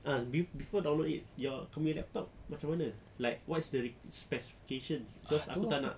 ah be~ before download it your kau nya laptop macam mana like what is the req~ specifications cause aku tak nak